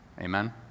Amen